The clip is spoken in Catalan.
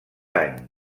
any